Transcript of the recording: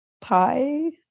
pie